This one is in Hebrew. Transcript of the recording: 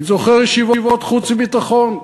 אני זוכר ישיבות בוועדת חוץ וביטחון.